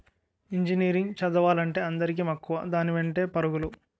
engineering చదువులంటే అందరికీ మక్కువ దాని వెంటే పరుగులు